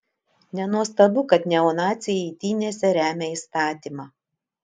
nenuostabu kad neonaciai eitynėse remia įstatymą